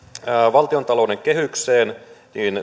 valtiontalouden kehykseen